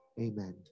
Amen